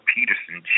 Peterson